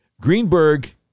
Greenberg